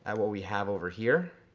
and what we have over here,